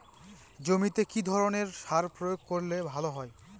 জমিতে কি ধরনের সার প্রয়োগ করলে ভালো হয়?